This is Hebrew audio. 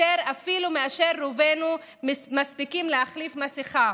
אפילו מאשר רובנו מספיקים להחליף מסכה: